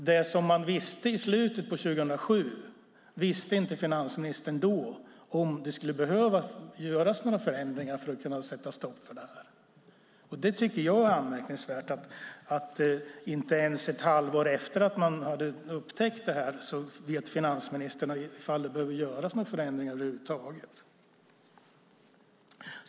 Det man kände till i slutet av 2007 visste inte finansministern då om det skulle behöva göras några förändringar för att sätta stopp för. Det tycker jag är anmärkningsvärt. Inte ens ett halvår efter att man hade upptäckt det här visste finansministern om det behövde göras någon förändring över huvud taget.